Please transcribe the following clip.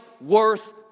worth